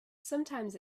sometimes